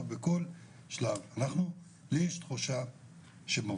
באמת היתה עליה ואז היתה התייצבות ועכשיו יש שם ירידה,